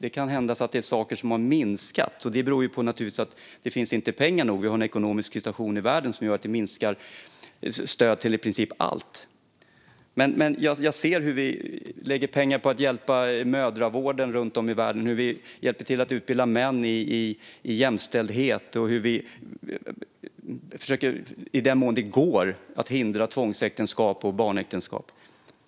Det kan hända att det är saker som har minskat, och det beror naturligtvis på att det inte finns pengar nog. Vi har en ekonomisk situation i världen som gör att vi minskar stödet till i princip allt. Men jag ser hur vi lägger pengar på att hjälpa mödravården runt om i världen, hur vi hjälper till att utbilda män i jämställdhet och hur vi i den mån det går försöker hindra tvångsäktenskap och barnäktenskap.